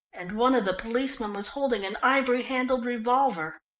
and one of the policemen was holding an ivory-handled revolver.